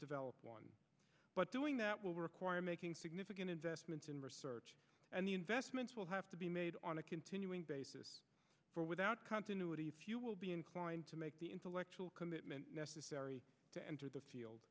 develop one but doing that will require making significant investments in research and the investments will have to be made on a continuing basis for without continuity if you will be inclined to make the intellectual commitment necessary to enter the field